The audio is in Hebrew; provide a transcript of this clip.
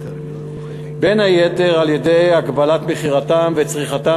בין היתר על-ידי הגבלת מכירתם וצריכתם